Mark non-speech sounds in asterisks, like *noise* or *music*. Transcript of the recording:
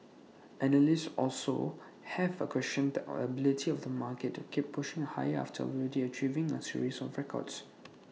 analysts also have A questioned *unintelligible* the ability of the market to keep pushing higher after already achieving A series of records *noise*